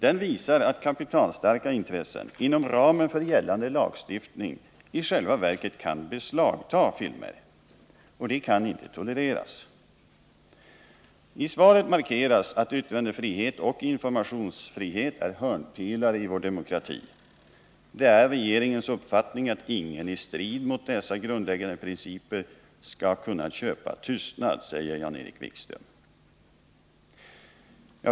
Den visar att kapitalstarka intressen, inom ramen för gällande lagstiftning, i själva verket kan beslagta filmer. Detta kan inte tolereras. I svaret markeras att yttrandefrihet och informationsfrihet är hörnpelare i vår demokrati. Det är regeringens uppfattning att ingen i strid mot dessa grundläggande principer skall kunna köpa tystnad, säger Jan-Erik Wikström.